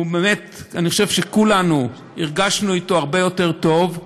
ואני חושב שכולנו הרגשנו אתו הרבה יותר טוב.